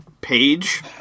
page